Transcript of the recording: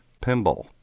pinball